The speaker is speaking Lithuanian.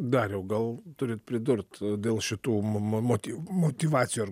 dariau gal turit pridurt dėl šitų mo mo motyv motyvacijos